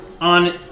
on